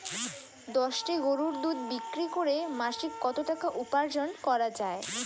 দশটি গরুর দুধ বিক্রি করে মাসিক কত টাকা উপার্জন করা য়ায়?